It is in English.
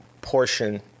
portion